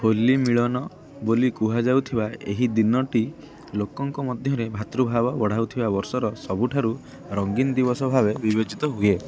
ହୋଲି ମିଳନ ବୋଲି କୁହାଯାଉଥିବା ଏହି ଦିନଟି ଲୋକଙ୍କ ମଧ୍ୟରେ ଭ୍ରାତୃଭାବ ବଢ଼ାଉଥିବା ବର୍ଷର ସବୁଠାରୁ ରଙ୍ଗୀନ ଦିବସ ଭାବେ ବିବେଚିତ ହୁଏ